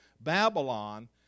Babylon